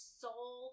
soul